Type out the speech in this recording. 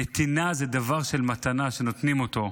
נתינה זה דבר של מתנה, שנותנים אותו.